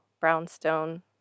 Brownstone